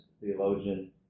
theologian